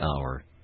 hour